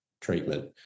treatment